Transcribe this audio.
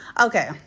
Okay